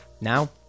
Now